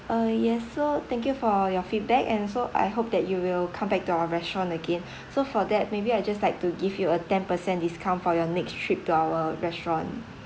uh yes so thank you for your feedback and also I hope that you will come back to your restaurant again so for that maybe I just like to give you a ten percent discount for your next trip to our restaurant